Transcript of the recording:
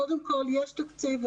קודם כול יש תקציב.